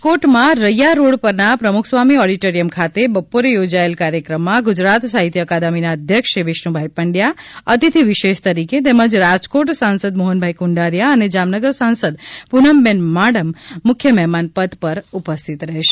રાજકોટમાં રૈયા રોડ પરના પ્રમુખસ્વામી ઓડિટોરિયમ ખાતે બપોરે યોજએલા કાર્યક્રમમાં ગુજરાત સાહિત્ય અકાદમીના અધ્યક્ષ શ્રી વિષ્ણુભાઈ પંડ્યા અતિથિ વિશેષ તરીકે તેમજ રાજકોટ સાંસદ મોહનભાઇ કુંડારીયા અને જામનગર સાંસદ પૂનમબેન માડમ મુખ્ય મહેમાન પદ પર ઉપસ્થિત રહેશે